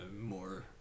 more